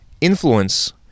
influence